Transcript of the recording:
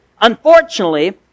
Unfortunately